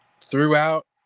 throughout